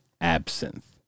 absinthe